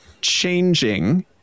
changing